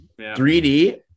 3D